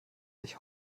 sich